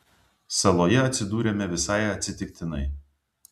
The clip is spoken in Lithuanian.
saloje atsidūrėme visai atsitiktinai